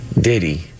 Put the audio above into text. Diddy